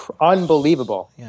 unbelievable